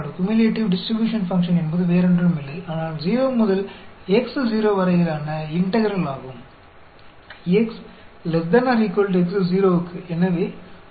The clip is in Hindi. तो क्युमुलेटिव डिस्ट्रीब्यूशन फ़ंक्शन कुछ भी नहीं है लेकिन इंटीग्रल है 0 से X0 x ≤ X0 के लिए तो